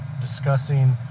discussing